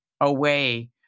away